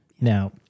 Now